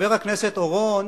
חבר הכנסת אורון